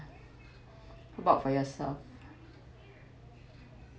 how about for yourself